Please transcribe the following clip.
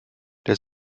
der